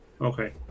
okay